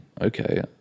okay